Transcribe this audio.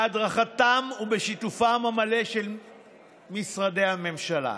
בהדרכתם ובשיתופם המלא של משרדי הממשלה.